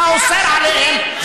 אתה אוסר עליו,